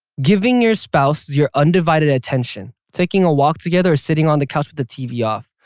giving your spouse your undivided attention. taking a walk together, sitting on the couch with the tv off,